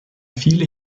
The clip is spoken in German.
viele